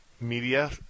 media